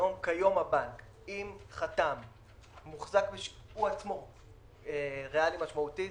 אם החתם הוא ראלי משמעותי,